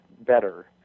better